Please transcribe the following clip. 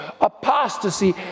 apostasy